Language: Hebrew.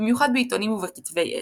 במיוחד בעיתונים ובכתבי עת.